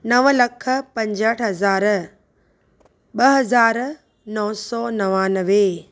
नव लख पंजहठि हज़ार ॿ हज़ार नौ सौ नवानवे